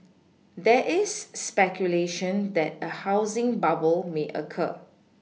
there is speculation that a housing bubble may occur